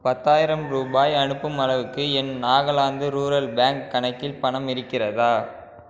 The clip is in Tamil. பத்தாயிரம் ரூபாய் அனுப்பும் அளவுக்கு என் நாகாலாந்து ரூரல் பேங்க் கணக்கில் பணம் இருக்கிறதா